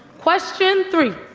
question three,